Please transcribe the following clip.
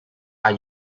are